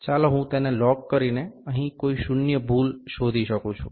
ચાલો હું તેને લોક કરીને અહીં કોઈ શૂન્ય ભૂલ શોધી શકું છું